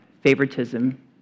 favoritism